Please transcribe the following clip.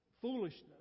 foolishness